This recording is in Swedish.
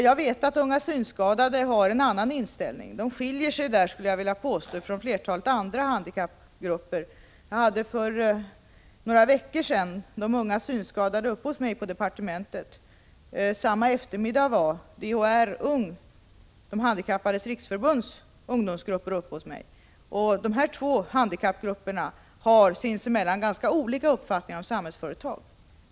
Jag vet att Unga Synskadade har en annan inställning. De skiljer sig därvidlag, skulle jag vilja påstå, från flertalet andra handikappgrupper. För några veckor sedan uppvaktades jag på departementet av representanter för Unga Synskadade. Samma eftermiddag tog jag emot också DHR Ung, De Handikappades riksförbunds ungdomsgrupp. Dessa två ungdomsgrupper har sinsemellan ganska olika uppfattningar om Samhällsföretag.